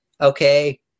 okay